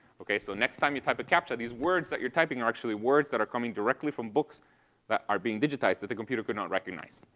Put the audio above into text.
okay? so next time you type a captcha these words that you're typing are actually words that are coming directly from books that are being digitized that the computer cannot recognize.